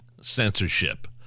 censorship